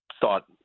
thought